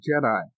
Jedi